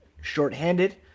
shorthanded